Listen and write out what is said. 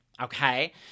okay